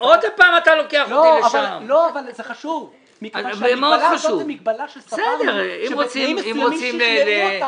כל כך חשובה לנו הנקודה שלא יידעו אותו